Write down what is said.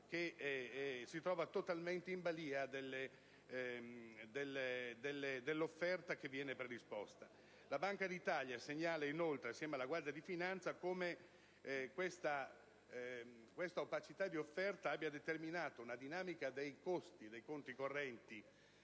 che si trova totalmente in balia dell'offerta predisposta. La Banca d'Italia segnala inoltre, assieme alla Guardia di finanza, come questa opacità di offerta abbia determinato una dinamica dei costi dei conti correnti